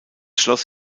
schloss